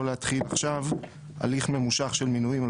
לא להתחיל עכשיו הליך ממושך של מינויים על